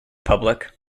public